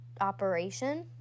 operation